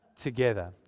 Together